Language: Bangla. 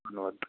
ধন্যবাদ